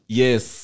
yes